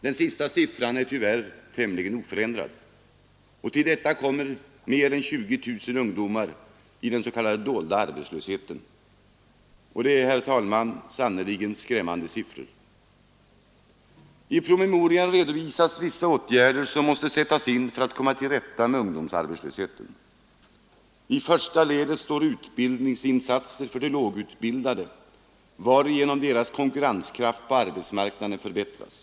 Den sista siffran är tyvärr tämligen oförändrad, Till detta kommer mer än 20 000 ungdomar i den s.k. dolda arbetslösheten. Det är, herr talman, sannerligen skrämmande siffror. I promemorian redovisas vissa åtgärder, som måste sättas in för att komma till rätta med ungdomsarbetslösheten. I första ledet står utbildningsinsatser för de lågutbildade varigenom deras konkurrenskraft på arbetsmarknaden förbättras.